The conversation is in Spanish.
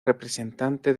representante